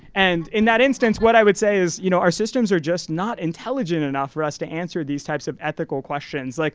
and in that instance, what i would say is you know our systems are just not intelligent enough for us to answer these types of ethical questions. like